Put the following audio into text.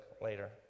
later